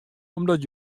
omdat